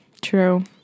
True